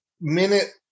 minute